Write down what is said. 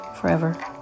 forever